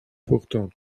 pourtant